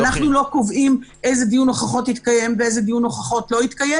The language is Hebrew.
אנחנו לא קובעים איזה דיון הוכחות יתקיים ואיזה דיון הוכחות לא יתקיים.